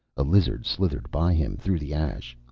a lizard slithered by him, through the ash.